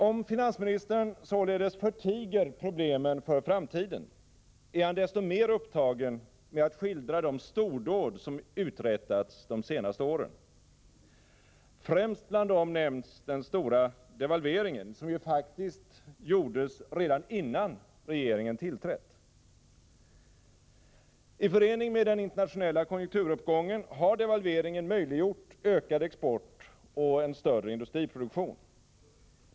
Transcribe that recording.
Om finansministern således förtiger problemen för framtiden, är han desto mer upptagen med att skildra de stordåd som uträttats de senaste åren. Främst bland dem nämns den stora devalveringen, som ju faktiskt gjordes redan innan regeringen tillträtt. I förening med den internationella konjunkturuppgången har devalveringen möjliggjort ökad export och en större industriproduktion.